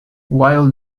while